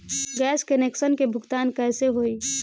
Gas connection के भुगतान कैसे होइ?